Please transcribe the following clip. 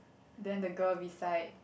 then the girl beside